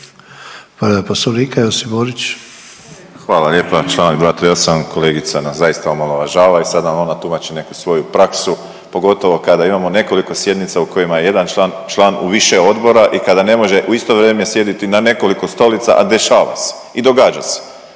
Borić. **Borić, Josip (HDZ)** Hvala lijepa. Čl. 238, kolegica nas zaista omalovažava i sad nam ona tumači neku svoju praksu, pogotovo kada imamo nekoliko sjednica u kojima je jedan član u više odbora i kada ne može u isto vrijeme sjediti na nekoliko stolica, a dešava se. I događa se